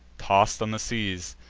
toss'd on the seas,